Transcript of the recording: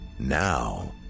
Now